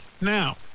Now